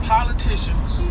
Politicians